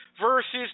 versus